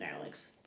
Alex